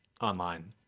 online